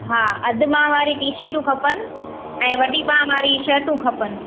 हा अधि ॿांह वारी टी शर्टू खपनि ऐं वॾी ॿांह वारी शर्टू खपनि